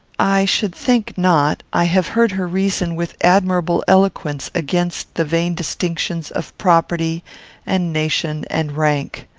i should think not. i have heard her reason with admirable eloquence against the vain distinctions of property and nation and rank.